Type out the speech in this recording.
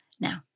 Now